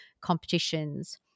competitions